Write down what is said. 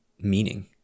meaning